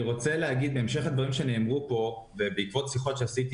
בהמשך לדברים שנאמרו פה ובהמשך לשיחות שניהלתי